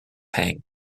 pang